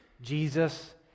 Jesus